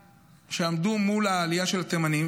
מול העלייה של התימנים,